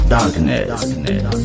Darkness